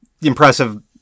impressive